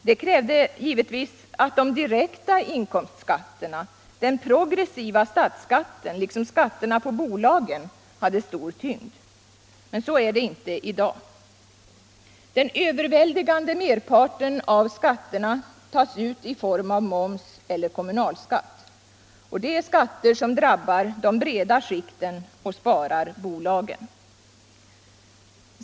Det krävde givetvis att de direkta inkomstskatterna, den progressiva statsskatten liksom skatterna på bolagen hade stor tyngd. Men så är det inte i dag. Den överväldigande merparten av skatterna tas ut i form av moms eller kommunalskatt. Det är skatter som drabbar de breda skikten och sparar bolagen.